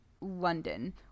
London